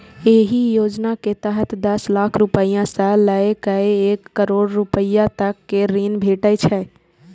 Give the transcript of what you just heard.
एहि योजना के तहत दस लाख रुपैया सं लए कए एक करोड़ रुपैया तक के ऋण भेटै छै